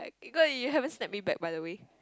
like you got you haven't snap me back by the way